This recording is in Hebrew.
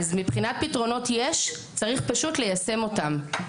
אלה הפתרונות, ופשוט צריך ליישם אותם.